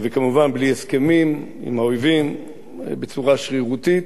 כמובן בלי הסכמים עם האויבים, בצורה שרירותית.